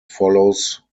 follows